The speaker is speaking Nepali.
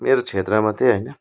मेरो क्षेत्र मात्रै होइन